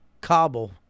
Cobble